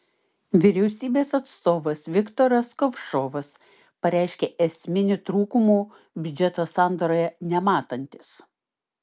vyriausybės atstovas viktoras kovšovas pareiškė esminių trūkumų biudžeto sandaroje nematantis